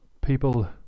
people